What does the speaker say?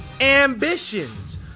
ambitions